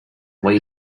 way